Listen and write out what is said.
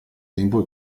tempo